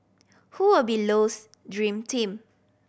who will be Low's dream team